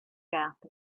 gap